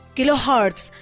Kilohertz